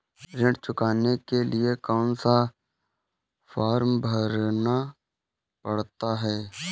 ऋण चुकाने के लिए कौन सा फॉर्म भरना पड़ता है?